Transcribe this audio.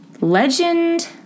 Legend